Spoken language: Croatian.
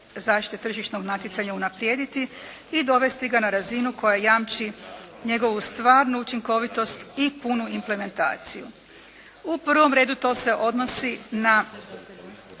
zaštite tržišnog natjecanja unaprijediti i dovesti ga na razinu koja jamči njegovu stvarnu učinkovitost i punu implementaciju. U prvom redu to se odnosi na